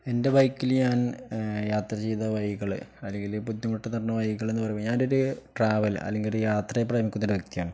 എൻ്റെ ബൈക്കില് ഞാൻ യാത്ര ചെയ്ത വൈകള് അല്ലെങ്കില് ബുദ്ധിമുട്ട് നിഞ്ഞ വൈകള് എന്ന് പറയുമ്പ ഞാനൊരു ട്രാവൽ അല്ലെങ്കി ഒരു യാത്രയപ്പഴ എമുക്കുന്ന വ്യക്തിയാണ്